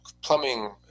plumbing